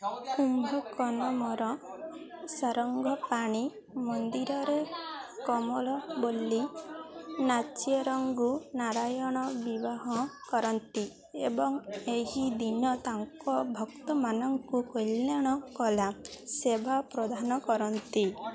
କୁମ୍ଭକୋନମର ସାରଙ୍ଗପାଣି ମନ୍ଦିରରେ କୋମଳବଲ୍ଲୀ ନାଚିୟାରଙ୍କୁ ନାରାୟଣ ବିବାହ କରନ୍ତି ଏବଂ ଏହି ଦିନ ତାଙ୍କ ଭକ୍ତମାନଙ୍କୁ କଲ୍ୟାଣ କୋଲା ସେବା ପ୍ରଦାନ କରନ୍ତି